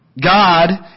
God